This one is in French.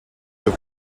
deux